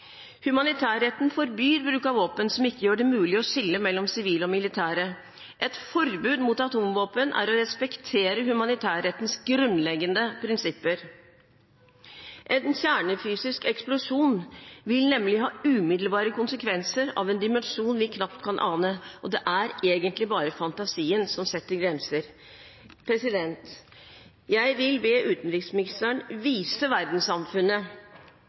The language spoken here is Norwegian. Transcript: Humanitærretten forbyr bruk av våpen som ikke gjør det mulig å skille mellom sivile og militære. Et forbud mot atomvåpen er å respektere humanitærrettens grunnleggende prinsipper. En kjernefysisk eksplosjon vil nemlig ha umiddelbare konsekvenser av en dimensjon vi knapt kan ane, og det er egentlig bare fantasien som setter grenser. Jeg vil be utenriksministeren om å vise verdenssamfunnet